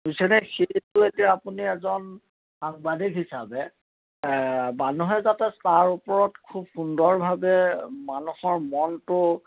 পিছতে সেইটো এতিয়া আপুনি এজন সাংবাদিক হিচাপে মানুহে যাতে তাৰ ওপৰত খুব সুন্দৰভাৱে মানুহৰ মনটো